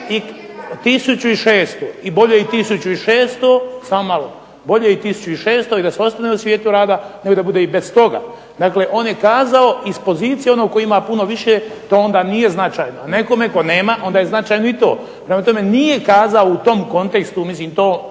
I bolje i 1600, samo malo. Bolje i 1600 i da se ostane u svijetu rada, nego da bude i bez toga. Dakle, on je kazao iz pozicije onog koji ima puno više da onda nije značajno. Nekome tko nema onda je značajno i to. Prema tome, nije kazao u tom kontekstu. Mislim to